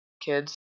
kids